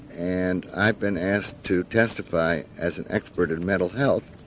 and i've been asked to testify as an expert in mental health.